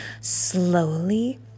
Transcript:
Slowly